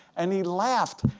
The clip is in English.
and he laughed,